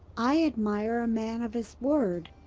i admire a man of his word.